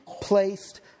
placed